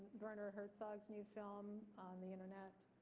werner herzog's new film on the internet,